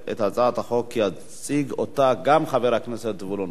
את הצעת החוק גם יציג חבר הכנסת זבולון אורלב,